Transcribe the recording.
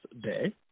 Day